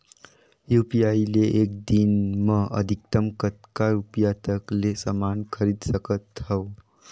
UPI ले एक दिन म अधिकतम कतका रुपिया तक ले समान खरीद सकत हवं?